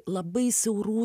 labai siaurų